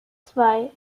zwei